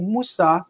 Musa